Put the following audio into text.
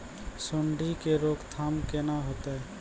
सुंडी के रोकथाम केना होतै?